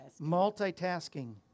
Multitasking